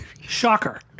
Shocker